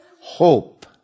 Hope